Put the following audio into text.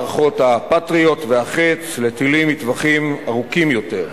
מערכות ה"פטריוט" וה"חץ" לטילים מטווחים ארוכים יותר,